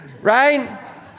right